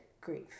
grief